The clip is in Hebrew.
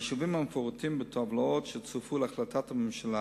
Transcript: היישובים המפורטים בטבלאות שצורפו להחלטת הממשלה